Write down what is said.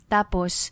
Tapos